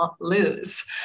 lose